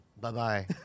bye-bye